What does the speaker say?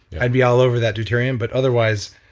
i'd be all over that deuterium. but otherwise,